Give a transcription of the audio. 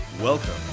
Welcome